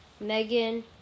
Megan